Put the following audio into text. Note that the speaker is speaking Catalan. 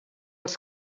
els